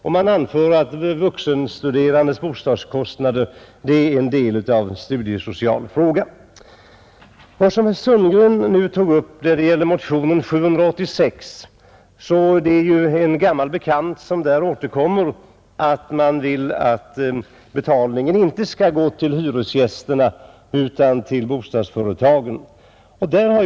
Utskottet anför att de vuxenstuderandes bostadskostnader är en del av en studiesocial fråga. Herr Sundgren tog upp sin motion nr 786. Det är en gammal bekant som där återkommer, Motionärerna begär nämligen att betalningen inte skall gå till hyresgästerna utan till bostadsföretagen.